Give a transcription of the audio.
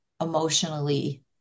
emotionally